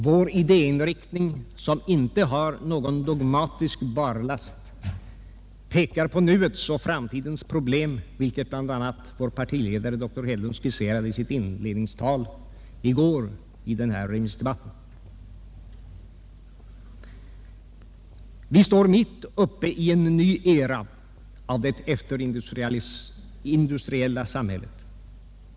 Vår iddinriktning, som inte har någon dogmatisk barlast, pekar på nuets och framtidens problem, såsom bl.a. vår partiledare dr Hedlund skisserade i sitt inledningstal i går i denna remissdebatt. Vi står mitt uppe i en ny era av det efterindustriella samhället.